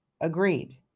agreed